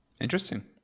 Interesting